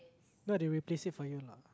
no they replace it for you lah